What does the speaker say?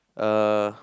uh